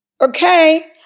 Okay